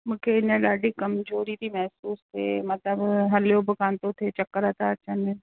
मूंखे इन सां ॾाढी कमज़ोरी थी महिसूसु थिए मतिलबु हली बि कान थो थिए चकर था अचनि